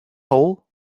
all